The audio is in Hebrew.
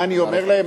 מה אני אומר להם?